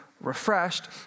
refreshed